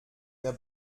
mehr